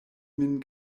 min